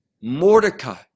Mordecai